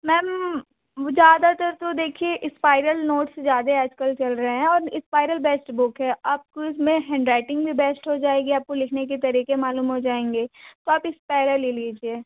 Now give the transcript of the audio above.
ma'am वो ज़्यादातर तो देखिए स्पाइरल नोट्स ज़्यादा आज कल चल रही हैं और स्पाइरल बेस्ट बुक है आपको उसमे हैंडराइटिंग भी बेस्ट हो जाएगी आपको लिखने के तरीक़े मालूम हो जाएंगे तो आप स्पैरल ले लीजिए